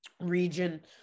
region